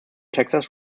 texas